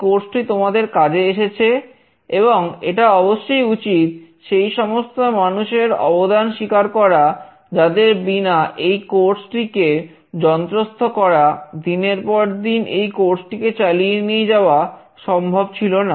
course যন্ত্রস্থ করা দিনের পর দিন এই কোর্সটিকে চালিয়ে নিয়ে যাওয়া সম্ভব ছিল না